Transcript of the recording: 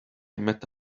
met